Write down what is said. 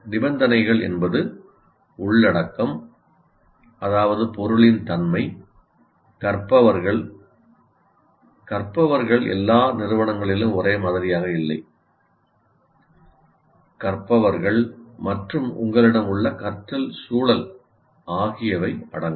நிபந்தனைகள் என்பது உள்ளடக்கம் அதாவது பொருளின் தன்மை கற்பவர்கள் கற்பவர்கள் எல்லா நிறுவனங்களிலும் ஒரே மாதிரியாக இல்லை மற்றும் உங்களிடம் உள்ள கற்றல் சூழல் ஆகியவை அடங்கும்